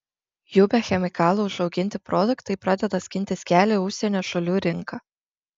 jų be chemikalų užauginti produktai pradeda skintis kelią į užsienio šalių rinką